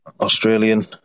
Australian